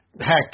heck